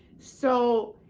so,